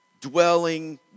dwelling